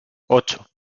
ocho